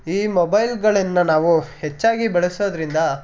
ಈ ಮೊಬೈಲ್ಗಳನ್ನು ನಾವು ಹೆಚ್ಚಾಗಿ ಬಳಸೋದರಿಂದ